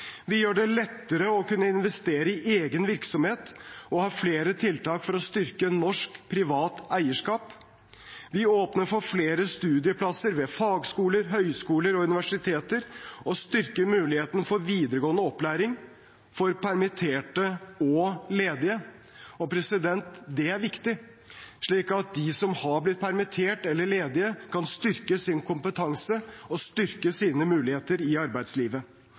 Vi gjør det lettere å kunne investere i egen virksomhet og har flere tiltak for å styrke norsk privat eierskap. Vi åpner flere studieplasser ved fagskoler, høyskoler og universiteter og styrker mulighetene for videregående opplæring for permitterte og ledige. Det er viktig, slik at de som har blitt permittert, eller er ledige, kan styrke sin kompetanse og styrke sine muligheter i arbeidslivet.